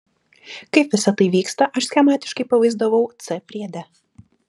kaip visa tai vyksta aš schematiškai pavaizdavau c priede